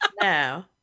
no